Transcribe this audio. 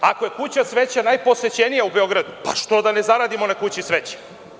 Ako je Kuća cveća najposećenija u Beogradu, što da ne zaradimo na Kući cveća?